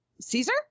caesar